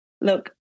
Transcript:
look